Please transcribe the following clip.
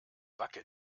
backe